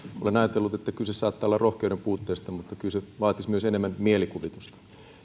olen ajatellut että kyse saattaa olla rohkeuden puutteesta mutta kyllä se vaatisi myös enemmän mielikuvitusta